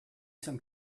some